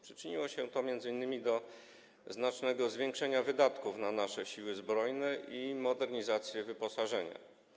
Przyczyniło się to m.in. do znacznego zwiększenia wydatków na nasze Siły Zbrojne i modernizację wyposażenia.